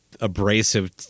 abrasive